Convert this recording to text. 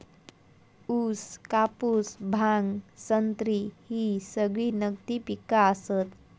ऊस, कापूस, भांग, संत्री ही सगळी नगदी पिका आसत